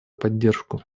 поддержку